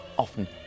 ...often